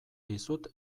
dizut